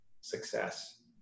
Success